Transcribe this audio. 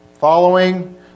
following